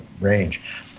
range